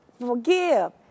Forgive